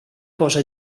posa